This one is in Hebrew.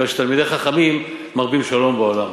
מכיוון שתלמידי חכמים מרבים שלום בעולם.